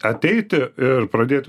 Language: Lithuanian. ateiti ir pradėt